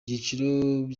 cyiciro